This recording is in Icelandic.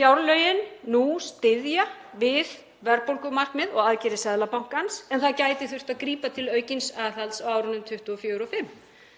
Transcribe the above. fjárlögin nú styðja við verðbólgumarkmið og aðgerðir Seðlabankans en það gæti þurft að grípa til aukins aðhalds á árunum 2024 og